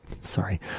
Sorry